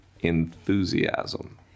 enthusiasm